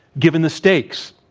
given the stakes?